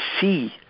see